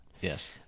Yes